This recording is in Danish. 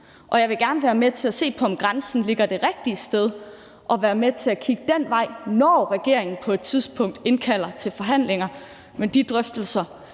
og jeg vil gerne være med til at se på, om grænsen ligger det rigtige sted, og være med til at kigge den vej, når regeringen på et tidspunkt indkalder til forhandlinger. Men de drøftelser